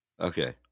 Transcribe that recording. okay